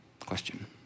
question